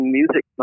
music